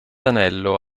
anello